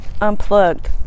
Unplugged